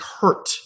hurt